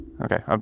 Okay